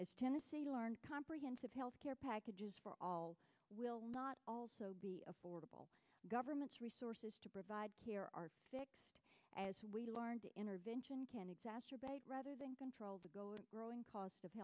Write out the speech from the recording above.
as tennessee learned comprehensive health care packages for all will not also be affordable government's resources to provide here are fixed as we learned intervention can exacerbate rather than controlled growing cost of